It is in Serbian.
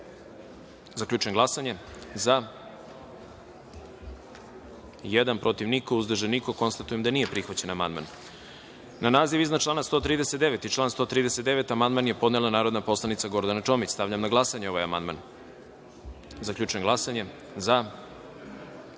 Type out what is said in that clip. amandman. Zaključujem glasanje: za – niko, protiv – niko, uzdržan – niko. Konstatujem da nije prihvaćen amandman. Na naziv iznad člana 47. i član 47. amandman je podnela narodna poslanica Gordana Čomić. Stavljam na glasanje ovaj amandman. Zaključujem glasanje: za